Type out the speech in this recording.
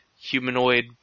humanoid